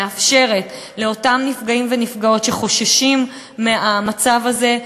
מאפשרת להגיש עזרה לאותם נפגעים ונפגעות שחוששים מהמצב הזה,